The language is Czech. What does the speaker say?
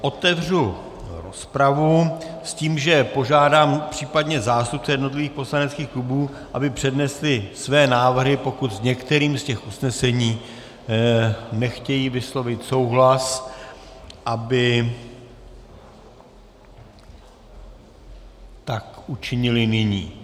Otevřu rozpravu s tím, že požádám případně zástupce jednotlivých poslaneckých klubů, aby přednesli své návrhy, a pokud s některým z těch usnesení nechtějí vyslovit souhlas, aby tak učinili nyní.